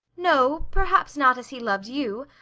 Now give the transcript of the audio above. no, perhaps not as he loved you.